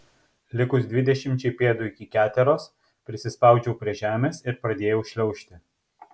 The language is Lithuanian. likus dvidešimčiai pėdų iki keteros prisispaudžiau prie žemės ir pradėjau šliaužti